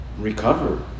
recover